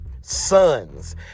sons